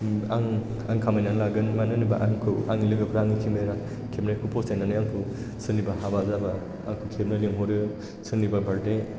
आं खामायनानै लागोन मानो होनोबा आंखौ आंनि लोगोफोरा आंनि केमेरा खेबनायखौ फसायनानै आंखौ सोरनिबा हाबा जाबा आंखौ खेबनो लिंहरो सोरनिबा बार्थडे